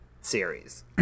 series